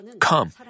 Come